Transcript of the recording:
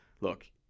look